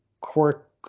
quirk